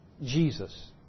Jesus